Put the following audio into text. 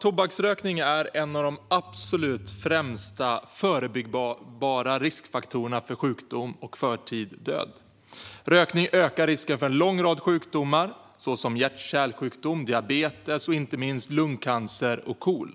Tobaksrökning är en av de absolut främsta förebyggbara riskfaktorerna för sjukdom och för tidig död. Rökning ökar risken för en lång rad sjukdomar såsom hjärt-kärlsjukdom, diabetes samt inte minst KOL och lungcancer.